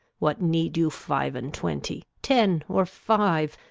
what need you five and twenty, ten, or five,